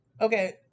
Okay